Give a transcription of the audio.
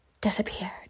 disappeared